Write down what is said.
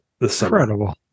Incredible